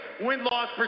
win-loss